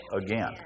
again